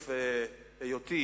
בתוקף היותי